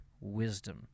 wisdom